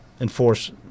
enforce